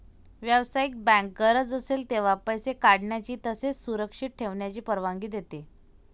व्यावसायिक बँक गरज असेल तेव्हा पैसे काढण्याची तसेच सुरक्षित ठेवण्याची परवानगी देते